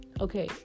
okay